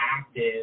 active